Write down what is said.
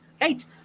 Right